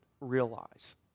realize